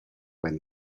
when